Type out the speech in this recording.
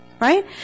Right